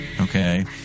Okay